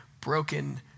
broken